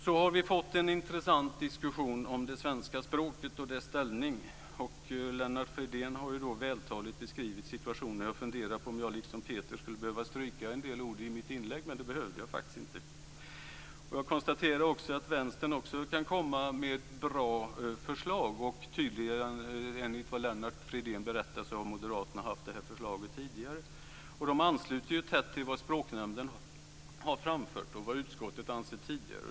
Vi har också fått en intressant diskussion om det svenska språket och dess ställning. Lennart Fridén har vältaligt beskrivit situationen. Jag funderade om jag, liksom Peter Pedersen, skulle behöva stryka en del ord i mitt inlägg, men det behövde jag inte. Jag konstaterar att också Vänstern kan komma med bra förslag. Enligt vad Lennart Fridén berättade har Moderaterna haft det här förslaget tidigare. Det ansluter tätt till vad Språknämnden har framfört och vad utskottet ansett tidigare.